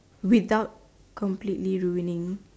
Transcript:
without completely ruining